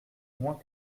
moins